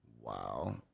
Wow